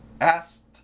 Asked